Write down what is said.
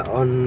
on